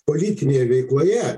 politinėje veikloje